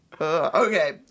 okay